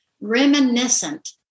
reminiscent